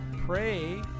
Pray